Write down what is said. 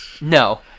No